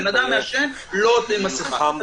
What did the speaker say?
בן אדם מעשן לא עוטה מסכה.